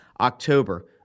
October